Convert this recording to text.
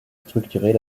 structurer